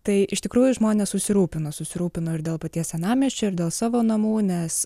tai iš tikrųjų žmonės susirūpino susirūpino ir dėl paties senamiesčio ir dėl savo namų nes